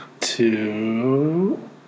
Two